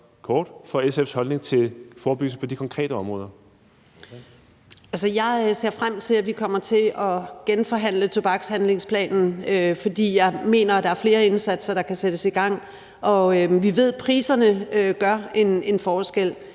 Kl. 18:59 Kirsten Normann Andersen (SF): Jeg ser frem til, at vi kommer til at genforhandle tobakshandlingsplanen, for jeg mener, at der er flere indsatser, der kan sættes i gang, og vi ved, at priserne gør en forskel.